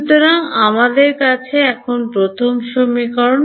সুতরাং আমাদের প্রথম সমীকরণ